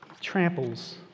tramples